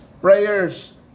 prayers